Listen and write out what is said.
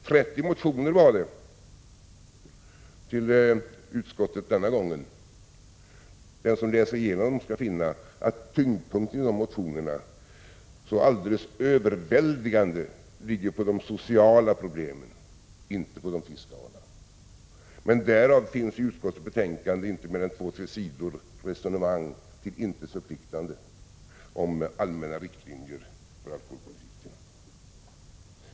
30 motioner har behandlats i utskottet denna gång, och den som läser igenom dem skall finna att tyngdpunkten i motionerna till överväldigande del ligger på de sociala problemen, inte på de fiskala. I utskottets betänkande ägnas emellertid inte mer än två tre sidor åt ett resonemang - till intet förpliktande — om allmänna riktlinjer för alkoholpolitiken.